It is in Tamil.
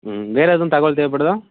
ம் வேற எதுவும் தகவல் தேவைப்படுதா